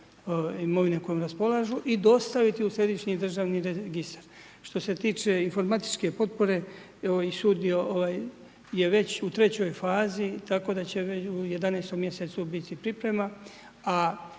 imovine kojom raspolažu i dostaviti u središnji državni registar. Što se tiče informatičke potpore, sud je već u trećoj fazi, tako da će u 11. mj. biti priprema,